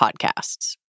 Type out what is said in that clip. podcasts